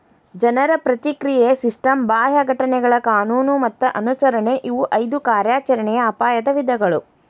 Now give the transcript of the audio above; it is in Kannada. ಜನರ ಪ್ರಕ್ರಿಯೆಯ ಸಿಸ್ಟಮ್ ಬಾಹ್ಯ ಘಟನೆಗಳ ಕಾನೂನು ಮತ್ತ ಅನುಸರಣೆ ಇವು ಐದು ಕಾರ್ಯಾಚರಣೆಯ ಅಪಾಯದ ವಿಧಗಳು